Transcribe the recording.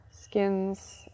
skins